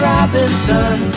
Robinson